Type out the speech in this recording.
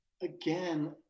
Again